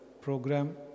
program